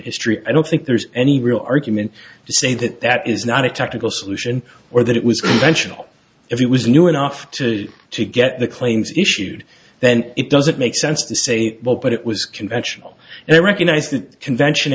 history i don't think there's any real argument to say that that is not a technical solution or that it was mentioned if it was new enough to to get the claims issued then it doesn't make sense to say well but it was conventional and they recognized that convention